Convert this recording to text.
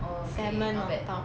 salmon on top